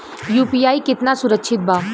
UPI कितना सुरक्षित बा?